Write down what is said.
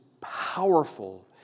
powerful